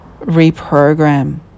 reprogram